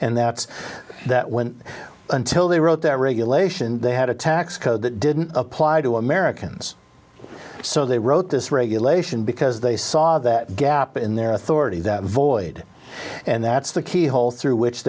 and that's that went until they wrote their regulation they had a tax code that didn't apply to americans so they wrote this regulation because they saw that gap in their authority that void and that's the key hole through which